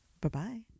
Bye-bye